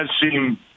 seem